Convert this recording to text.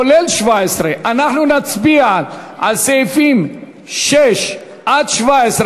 כולל 17. אנחנו נצביע על סעיפים 6 17,